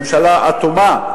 ממשלה אטומה,